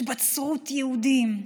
התבצרות יהודים,